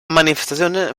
manifestazione